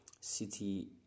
City